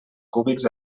cúbics